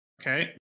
okay